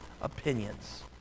opinions